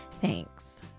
Thanks